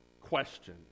question